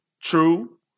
true